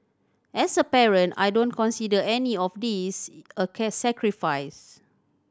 as a parent I don't consider any of this a sacrifice